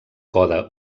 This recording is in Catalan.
coda